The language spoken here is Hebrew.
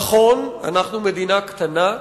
נכון, אנחנו מדינה קטנה,